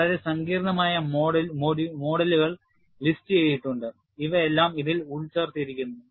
വളരെ സങ്കീർണ്ണമായ മോഡലുകൾ ലിസ്റ്റുചെയ്തിട്ടുണ്ട് ഇവയെല്ലാം ഇതിൽ ഉൾച്ചേർത്തിരിക്കുന്നു